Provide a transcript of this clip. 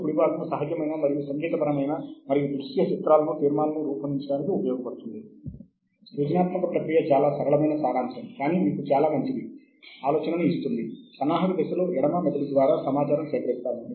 ఒక గ్రంథ సమాచారం యొక్క ఆకృతి అనేక పద్ధతులలో వస్తాయి